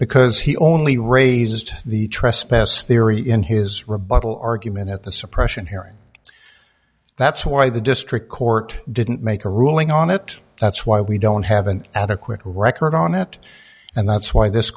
because he only raised the trespass theory in his rebuttal argument at the suppression hearing that's why the district court didn't make a ruling on it that's why we don't have an adequate record on it and that's why this